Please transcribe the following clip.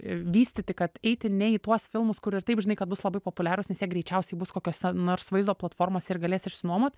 vystyti kad eiti ne į tuos filmus kur ir taip žinai kad bus labai populiarūs nes jie greičiausiai bus kokiose nors vaizdo platformose ir galėsi išsinuomot